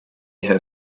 her